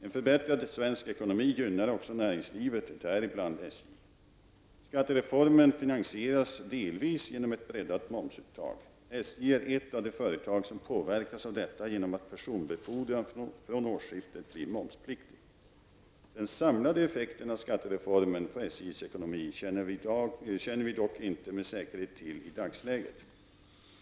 En förbättrad svensk ekonomi gynnar också näringslivet, däribland SJ. Skattereformen finansieras delvis genom ett breddat momsuttag. SJ är ett av de företag som påverkas av detta genom att personbefordran från årsskiftet blir momspliktig. Den samlade effekten av skattereformen på SJ:s ekonomi känner vi dock inte med säkerhet till i dagsläget.